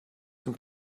zum